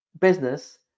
business